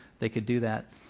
they could do that.